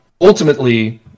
ultimately